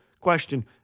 Question